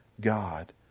God